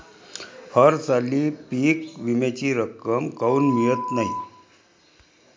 हरसाली पीक विम्याची रक्कम काऊन मियत नाई?